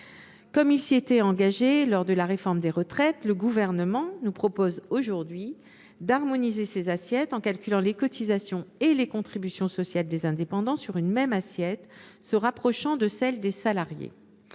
Comme il s’y était engagé lors de la réforme des retraites, le Gouvernement nous propose aujourd’hui d’harmoniser ces assiettes, en calculant les cotisations et les contributions sociales des indépendants sur une même assiette, qui se rapprocherait de celle des salariés.